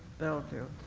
bellevue.